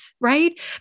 right